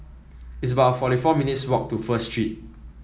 it's about forty four minutes' walk to First Street